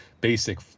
basic